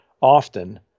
often